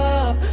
up